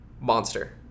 Monster